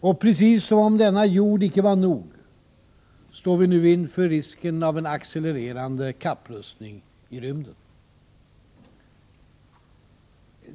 Och precis som om denna jord icke var nog står vi nu inför risken av en accelererande kapprustning i rymden.